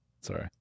Sorry